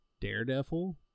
Daredevil